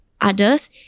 others